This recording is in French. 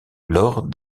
lors